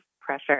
pressure